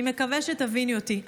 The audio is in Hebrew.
אני מקווה שתביני אותי.